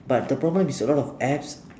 but the problem is a lot of apps